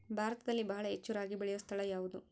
ಭಾರತದಲ್ಲಿ ಬಹಳ ಹೆಚ್ಚು ರಾಗಿ ಬೆಳೆಯೋ ಸ್ಥಳ ಯಾವುದು?